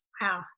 Wow